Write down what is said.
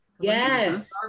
Yes